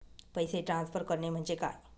पैसे ट्रान्सफर करणे म्हणजे काय?